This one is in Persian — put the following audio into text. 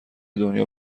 دنیا